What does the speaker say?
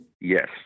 Yes